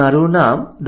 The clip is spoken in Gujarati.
મારું નામ ડો